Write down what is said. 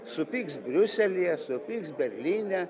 supyks briuselyje supyks berlyne